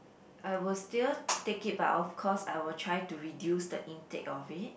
I will still take it but of course I will try to reduce the intake of it